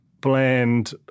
bland